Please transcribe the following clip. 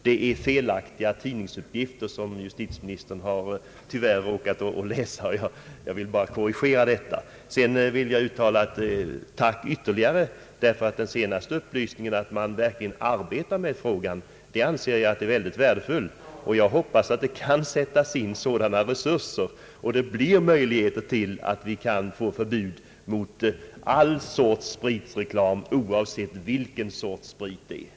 Det är felaktiga tidningsuppgifter som justitieministern tyvärr har råkat läsa, och jag ville endast korrigera dessa. Sedan vill jag uttala ytterligare ett tack, därför att den senaste upplysningen att man verkligen arbetar med frågan anser jag vara mycket värdefull. Jag hoppas att det kan sättas in sådana resurser på detta arbete att vi kan få till stånd ett förbud mot all sorts spritreklam, oavsett vilken sorts sprit det gäller.